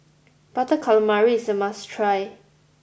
Butter Calamari is a must try